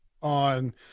on